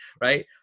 right